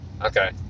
Okay